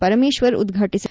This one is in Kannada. ಪರಮೇಶ್ವರ್ ಉದ್ಘಾಟಿಸಿದರು